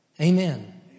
Amen